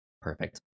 Perfect